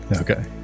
okay